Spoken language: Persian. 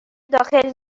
داخل